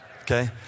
Okay